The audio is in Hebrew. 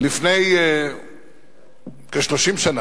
לפני כ-30 שנה,